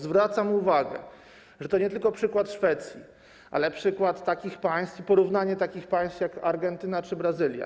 Zwracam uwagę, że to nie tylko jest przykład Szwecji, ale przykład takich państw i porównanie takich państw jak Argentyna czy Brazylia.